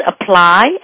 apply